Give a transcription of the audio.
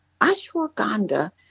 Ashwagandha